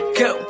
go